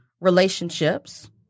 relationships